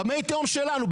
במי תהום שלנו.